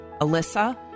Alyssa